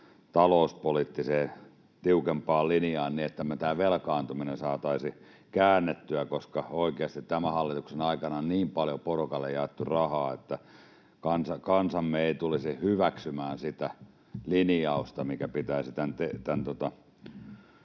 talouspoliittiseen, tiukempaan linjaan, niin että me tämä velkaantuminen saataisiin käännettyä — koska oikeasti tämän hallituksen aikana on niin paljon porukalle jaettu rahaa, että kansamme ei tulisi hyväksymään sitä linjausta, mikä pitäisi